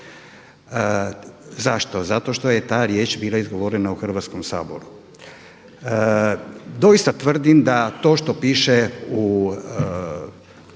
Zašto? Zato što je ta riječ bila izgovorena u Hrvatskom saboru. Doista tvrdim da to što piše u Ustavu